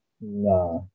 Nah